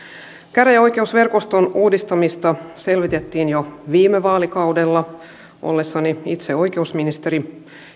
käräjäoikeusverkoston uudistamista selvitettiin jo viime vaalikaudella ollessani itse oikeusministeri